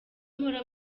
mpora